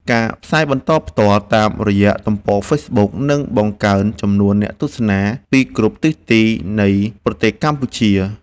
ការផ្សាយបន្តផ្ទាល់តាមរយៈទំព័រហ្វេសប៊ុកនឹងបង្កើនចំនួនអ្នកទស្សនាពីគ្រប់ទិសទីនៃប្រទេសកម្ពុជា។